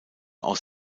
aus